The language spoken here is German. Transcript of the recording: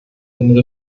den